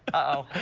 oh,